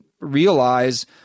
realize